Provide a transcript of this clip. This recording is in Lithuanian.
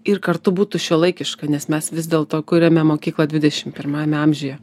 ir kartu būtų šiuolaikiška nes mes vis dėlto kuriame mokyklą dvidešim pirmajame amžiuje